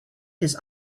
his